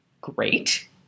great